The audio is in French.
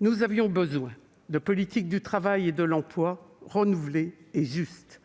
nous avions besoin de politiques du travail et de l'emploi renouvelées et justes.